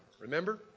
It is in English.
Remember